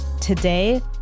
Today